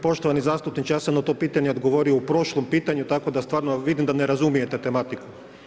Poštovani zastupniče, ja sam na to pitanje odgovorio u prošlom pitanju, tako da stvarno vidim da ne razumijete tematiku.